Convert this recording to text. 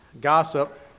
gossip